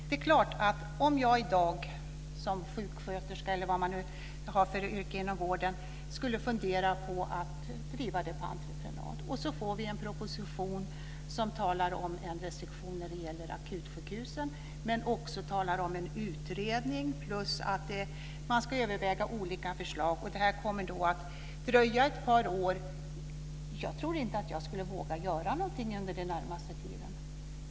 Det är klart: Säg att jag i dag som sjuksköterska eller vad man nu har för yrke inom vården skulle fundera på att driva det på entreprenad. Så får vi en proposition som talar om en restriktion när det gäller akutsjukhusen men också om en utredning och om att man ska överväga olika förslag. Det här kommer att dröja ett par år. Jag tror inte att jag skulle våga göra något under den närmaste tiden.